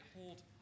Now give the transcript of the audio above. hold